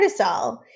cortisol